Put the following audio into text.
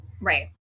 right